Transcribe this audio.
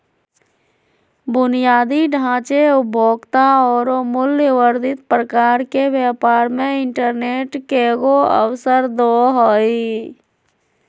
बुनियादी ढांचे, उपभोक्ता औरो मूल्य वर्धित प्रकार के व्यापार मे इंटरनेट केगों अवसरदो हइ